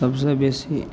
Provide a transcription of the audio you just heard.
सब सऽ बेसी